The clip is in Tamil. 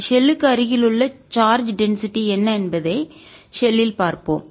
ஷெல்லுக்கு அருகிலுள்ள சார்ஜ் டென்சிட்டி என்ன என்பதை ஷெல்லில் பார்ப்போம்